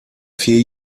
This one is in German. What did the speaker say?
vier